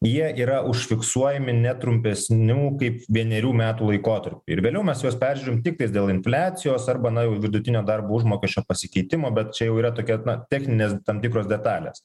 jie yra užfiksuojami ne trumpesniu kaip vienerių metų laikotarpiu ir vėliau mes juos peržiūrime tik tais dėl infliacijos arba nuo vidutinio darbo užmokesčio pasikeitimo bet čia jau yra tokia na techninės tam tikros detalės